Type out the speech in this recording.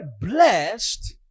blessed